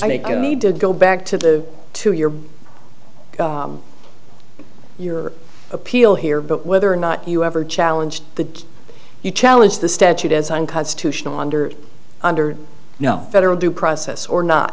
i think you need to go back to the to your your appeal here but whether or not you ever challenge that you challenged the statute as unconstitutional under under no federal due process or not